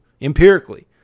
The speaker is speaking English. empirically